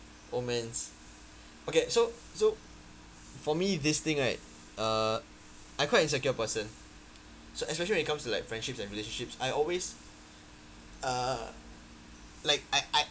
oh mans okay so so for me this thing right uh I quite insecure person so especially when it comes to like friendships and relationships I always uh like I I